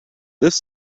this